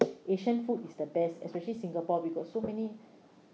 asian food is the best especially singapore we got so many